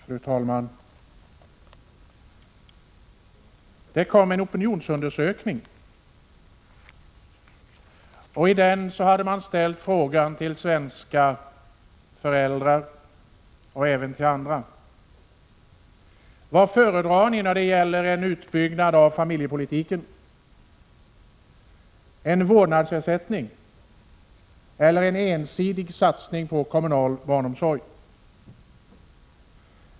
Fru talman! Det kom en opinionsundersökning. I den hade man ställt 3juni 1987 frågan till svenska föräldrar och även till andra grupper: Vad föredrar ni när det gäller en utbyggnad av familjepolitiken, en vårdnadsersättning eller en ensidig satsning på kommunal barnomsorg?